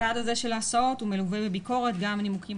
הצעד הזה של ההסעות מלווה בביקורת, גם נימוקים